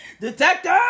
Detective